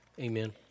amen